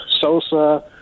Sosa